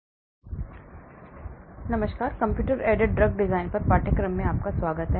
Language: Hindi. सभी को नमस्कार कंप्यूटर एडेड ड्रग डिज़ाइन पर पाठ्यक्रम में आपका स्वागत है